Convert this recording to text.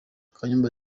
kayumba